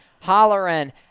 hollering